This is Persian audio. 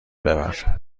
ببر